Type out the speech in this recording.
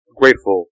grateful